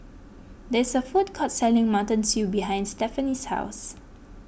there's a food court selling Mutton Stew behind Stefanie's house